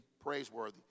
praiseworthy